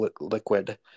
liquid